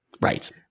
Right